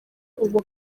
ubu